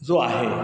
जो आहे